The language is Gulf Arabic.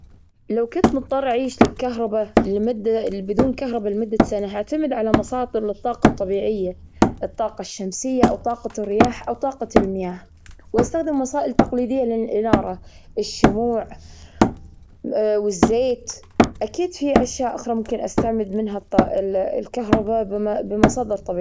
لو كنت مضطرة أعيش للكهربا لمدة بدون كهربا لمدة سنة، هعتمد على مصادر للطاقة الطبيعية، الطاقة الشمسية أو طاقة الرياح أو طاقة المياه. واستخدم وسائل تقليدية للإنارة الشموع والزيت. أكيد في أشياء أخرى ممكن استعبد منها ال -الكهرباء بم -بمصادر طبيعي-.